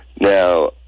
Now